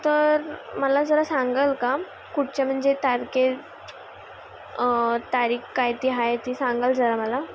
तर मला जरा सांगाल का कुठच्या म्हणजे तारके तारीक काय ती हाय ती सांगाल जरा मला